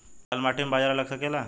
लाल माटी मे बाजरा लग सकेला?